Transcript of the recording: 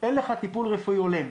אין לך טיפול רפואי הולם.